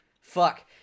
Fuck